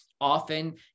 often